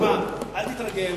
תשמע, אל תתרגל